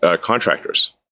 contractors